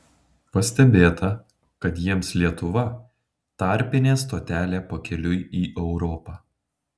pastebėta kad jiems lietuva tarpinė stotelė pakeliui į europą